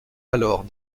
alors